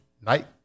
Night